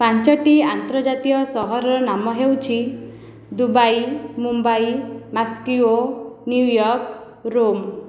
ପାଞ୍ଚଟି ଆନ୍ତର୍ଜାତୀୟ ସହରର ନାମ ହେଉଛି Dubai Mumbai Moscow New York Rome